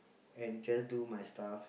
and just do my stuff